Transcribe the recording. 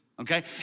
okay